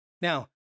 Now